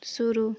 शुरू